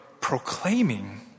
proclaiming